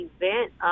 event